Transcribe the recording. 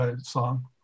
song